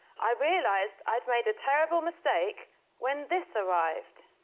i realised i'd made a terrible mistake when this arrived.